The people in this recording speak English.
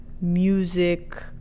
music